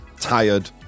tired